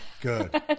Good